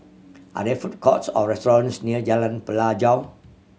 are there food courts or restaurants near Jalan Pelajau